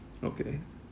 okay